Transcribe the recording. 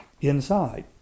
inside